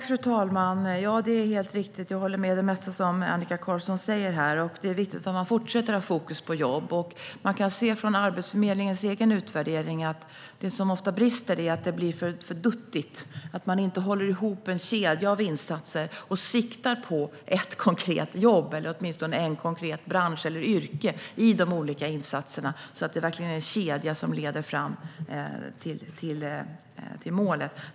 Fru talman! Det är helt riktigt. Jag håller med om det mesta som Annika Qarlsson säger här. Det är viktigt att man fortsätter att ha fokus på jobb. Man kan från Arbetsförmedlingens egen utvärdering se att det som ofta brister är att det blir för duttigt. Man håller inte ihop en kedja av insatser och siktar på ett konkret jobb eller åtminstone en konkret bransch eller ett yrke i de olika insatserna. Det ska verkligen vara en kedja som leder fram till målet.